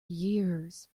years